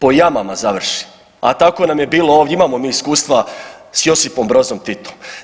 Po jamama završi, a tako nam je bilo ovdje, imamo mi iskustva s Josipom Brozom Titom.